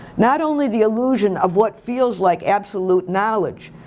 not only the illusion of what feels like absolute knowledge,